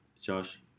Josh